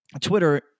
Twitter